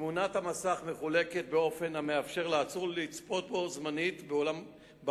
תמונת המסך מחולקת באופן המאפשר לעצור לצפות בו-בזמן באולם,